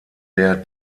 der